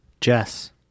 Jess